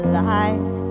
life